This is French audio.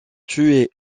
tués